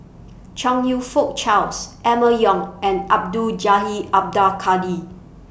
Chong YOU Fook Charles Emma Yong and Abdul Jalil Abdul Kadir